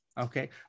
Okay